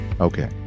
Okay